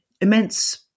immense